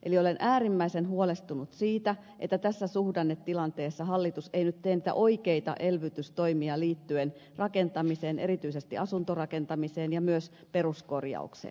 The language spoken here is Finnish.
eli olen äärimmäisen huolestunut siitä että tässä suhdannetilanteessa hallitus ei tee niitä oikeita elvytystoimia liittyen rakentamiseen erityisesti asuntorakentamiseen ja myös peruskorjaukseen